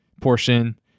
portion